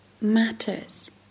matters